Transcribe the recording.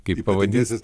kaip pavadins